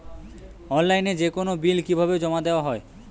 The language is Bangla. অনলাইনে যেকোনো বিল কিভাবে জমা দেওয়া হয়?